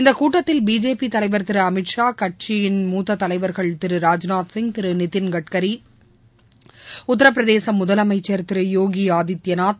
இந்தகூட்டத்தில் பிஜேபி தலைவர் திருஅமித்ஷா கட்சியின் மூத்ததலைவர்கள் திரு ராஜ்நாத்சிங் திருநிதின் கட்கரி உத்திரபிரதேசமுதலமைச்சர் யோகிஆதித்யநாத்